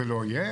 זה לא יהיה,